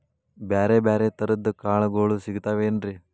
ಬ್ಯಾರೆ ಬ್ಯಾರೆ ತರದ್ ಕಾಳಗೊಳು ಸಿಗತಾವೇನ್ರಿ?